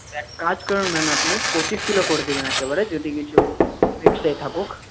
এক কাজ করবেন আপনি পঁচিশ কিলো করে দেবেন একেবারে যদি কিছু এক্সট্রাই থাকুক